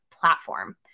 platform